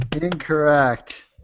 Incorrect